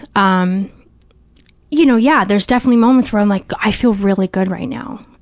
um you know, yeah, there's definitely moments where i'm like, i feel really good right now,